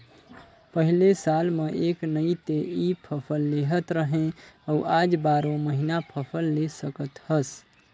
पहिले साल म एक नइ ते इ फसल लेहत रहें अउ आज बारो महिना फसल ले सकत हस